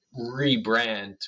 rebrand